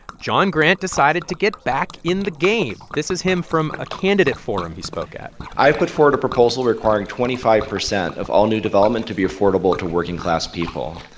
jon grant decided to get back in the game. this is him from a candidate forum he spoke at i put forward a proposal requiring twenty five percent of all new development to be affordable to working-class people.